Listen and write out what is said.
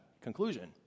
conclusion